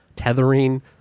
tethering